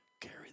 carry